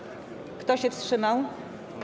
Kto się wstrzymał?